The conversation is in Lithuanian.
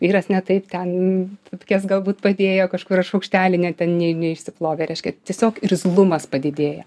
vyras ne taip ten tapkes galbūt padėjo kažkur ar šaukštelį ne ten ne neišsiplovė reiškia tiesiog irzlumas padidėja